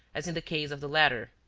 as in the case of the latter.